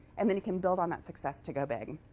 and then you can build on that success to go big.